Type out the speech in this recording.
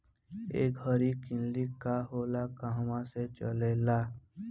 एगरी clinic का होला कहवा से चलेँला?